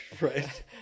Right